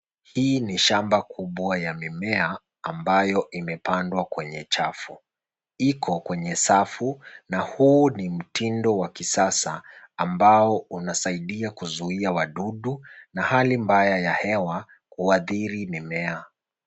Hii ni shamba kubwa ya mimea ambayo imepandwa kwenye chafu. Iko kwenye safu na huu ni mutindo wa kisasa ambayo unasaidia kuzuia wadudu na hali mbaya ya hewa kuwathiri mimea.